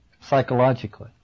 Psychologically